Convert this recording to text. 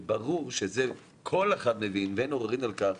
וברור שכל אחד מבין ואין עוררין על כך